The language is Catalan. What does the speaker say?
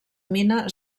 mina